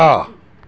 હા